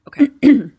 okay